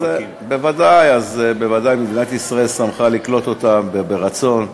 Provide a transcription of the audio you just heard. אז בוודאי מדינת ישראל שמחה לקלוט אותם ברצון ובאהבה,